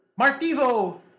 Martivo